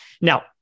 Now